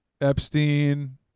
Epstein